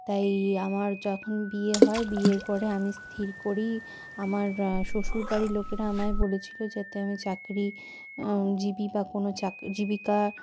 তাই আমার যখন বিয়ে হয় বিয়ের পরে আমি স্থির করি আমার শ্বশুরবাড়ির লোকেরা আমায় বলেছিলো যাতে আমি চাকরি জীবী বা কোনো জীবিকা